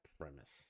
premise